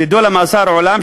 נידון למאסר עולם,